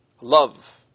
love